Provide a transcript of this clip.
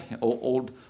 old